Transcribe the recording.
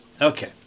Okay